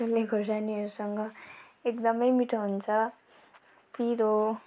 डल्ले खोर्सानीहरूसँग एकदमै मिठो हुन्छ पिरो